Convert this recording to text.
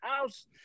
house